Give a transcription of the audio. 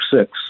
six